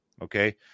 Okay